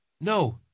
No